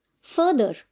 Further